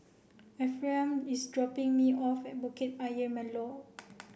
Ephraim is dropping me off at Bukit Ayer Molek